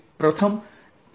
dlE